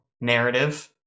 narrative